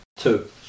Two